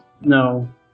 No